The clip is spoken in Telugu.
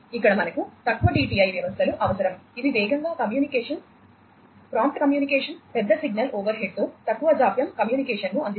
ఇక్కడ మనకు తక్కువ టిటిఐ వ్యవస్థలు అవసరం ఇవి వేగంగా కమ్యూనికేషన్ ప్రాంప్ట్ కమ్యూనికేషన్ పెద్ద సిగ్నల్ ఓవర్హెడ్తో తక్కువ జాప్యం కమ్యూనికేషన్ను అందిస్తాయి